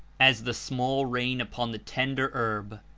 as the small rain upon the tender herb,